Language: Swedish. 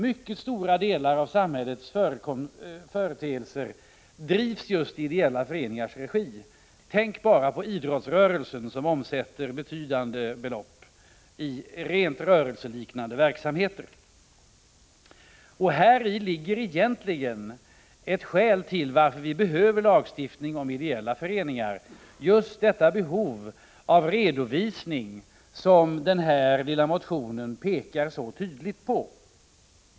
Mycket stora delar av samhällets företeelser drivs just i ideella föreningars regi — tänk bara på idrottsrörelsen, som omsätter betydande belopp i rent rörelseliknande verksamheter. Och häri ligger egentligen ett skäl till att vi behöver lagstiftning om ideella föreningar — just detta behov av redovisning, som den här lilla motionen pekar mycket tydligt på.